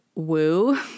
woo